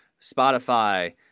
Spotify